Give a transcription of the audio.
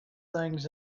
things